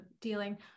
dealing